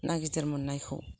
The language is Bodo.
ना गिदिर मोननायखौ